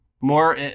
more